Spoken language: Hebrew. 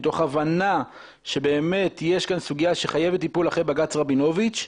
מתוך הבנה שבאמת יש פה סוגיה שחייבת טיפול אחרי בג"צ רבינוביץ'